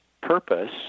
purpose